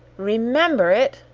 remember it!